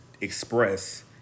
express